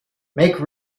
make